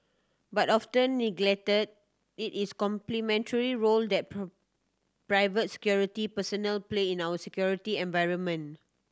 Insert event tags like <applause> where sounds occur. but often neglected it is complementary role that <unintelligible> private security personnel play in our security environment